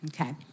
Okay